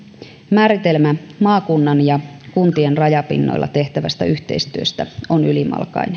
määritelmä maakunnan ja kuntien rajapinnoilla tehtävästä yhteistyöstä on ylimalkainen